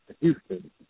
Houston